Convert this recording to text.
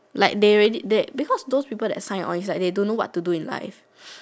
like they already they because those people that sign on don't know what to do with life